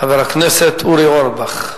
חבר הכנסת אורי אורבך.